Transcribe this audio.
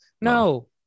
no